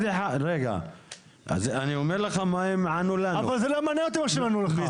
אני אומר לך מה הם ענו לנו --- אבל זה לא מעניין אותי מה שהם ענו לך.